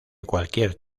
cualquier